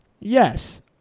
Yes